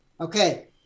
Okay